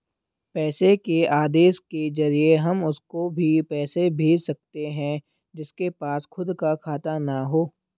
पैसे के आदेश के जरिए हम उसको भी पैसे भेज सकते है जिसके पास खुद का खाता ना हो